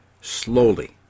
slowly